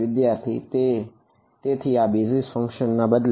વિદ્યાર્થી તેથી આ બેઝીઝ ફંક્શન ના બદલે